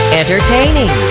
entertaining